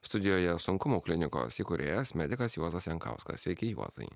studijoje sunkumų klinikos įkūrėjas medikas juozas jankauskas sveiki juozai